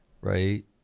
right